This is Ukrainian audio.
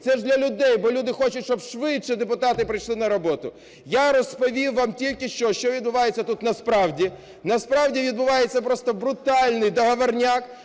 це ж для людей, бо люди хочуть, щоб швидше депутати прийшли на роботу. Я розповів вам тільки що, що відбувається тут насправді. Насправді, відбувається просто брутальний договорняк,